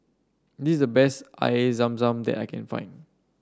this is the best Air Zam Zam that I can find